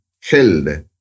Held